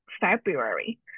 February